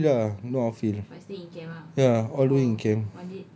no outfield ah no outfield ya all the way in camp